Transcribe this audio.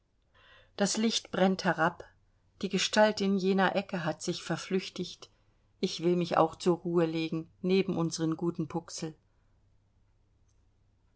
das licht brennt herab die gestalt in jener ecke hat sich verflüchtigt ich will mich auch zur ruhe legen neben unseren guten puxl